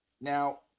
Now